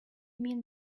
mean